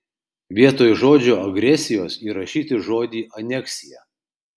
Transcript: vietoj žodžio agresijos įrašyti žodį aneksija